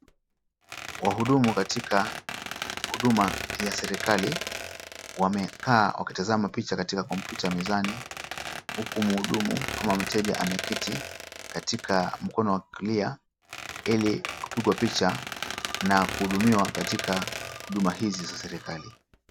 Wahudumu katika huduma ya serikali wamekaa wakitazama picha katika kompyuta mezani huku mhudumu ama mteja ameketi katika mkono wa kulia ilikupigwa picha na kuhudumiwa katika huduma hizi za serikali.